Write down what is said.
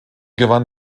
gewann